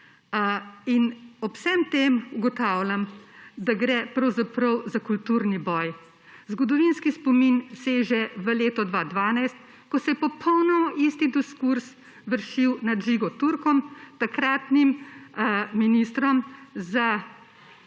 Ob vsem tem ugotavljam, da gre pravzaprav za kulturni boj. Zgodovinski spomin seže v leto 2012, ko se je popolnoma isti diskurz vršil nad Žigo Turkom, takratnim ministrom,